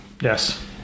Yes